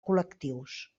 col·lectius